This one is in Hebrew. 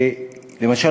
למשל,